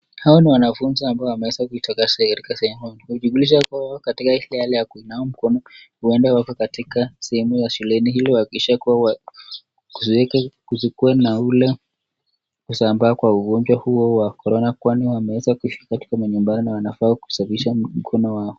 Hao ni wanafunzi ambao wameweza kutoka katika sehemu tofauti, wamejumulisha katika ile hali ya kunawa mkono. Huenda wako shuleni ili wakimaliza kusikuwe na kule kusambaa kwa ugonjwa huo wa corona kwani wanaishi katika sehemu za nyumbani na wanafaa kunawa mikono yao.